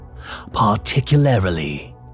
particularly